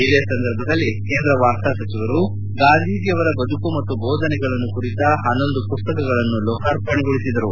ಇದೇ ಸಂದರ್ಭದಲ್ಲಿ ಕೇಂದ್ರ ವಾರ್ತಾ ಸಚಿವರು ಗಾಂಧೀಜಿಯವರ ಬದುಕು ಮತ್ತು ಬೋಧನೆಗಳನ್ನು ಕುರಿತ ಪನ್ನೊಂದು ಮಸ್ತಕಗಳನ್ನು ಲೋಕಾರ್ಪಣೆಗೊಳಿಸಿದರು